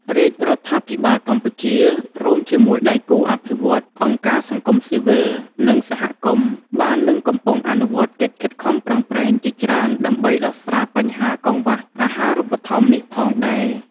រាជរដ្ឋាភិបាលកម្ពុជា រួមជាមួយដៃគូអភិវឌ្ឍន៍ អង្គការសង្គមស៊ីវិល និងសហគមន៍ បាននិងកំពុងអនុវត្តកិច្ចខិតខំប្រឹងប្រែងជាច្រើនដើម្បីដោះស្រាយបញ្ហាកង្វះអាហារូបត្ថម្ភនេះផងដែរ។